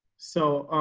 so,